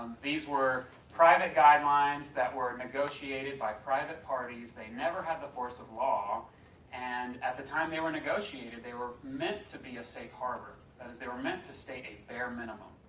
these were private guidelines that were negotiated by private parties they never have the force of law and at the time they were negotiated, they were meant to be a safe harbor that is, they were meant to stay a bare minimum.